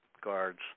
guards